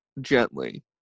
gently